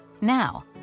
Now